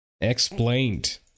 Explained